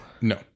No